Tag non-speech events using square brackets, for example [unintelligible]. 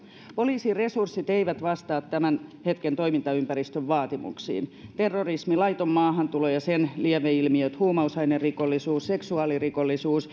poliisin resurssit eivät vastaa tämän hetken toimintaympäristön vaatimuksiin terrorismi laiton maahantulo ja sen lieveilmiöt huumausainerikollisuus seksuaalirikollisuus [unintelligible]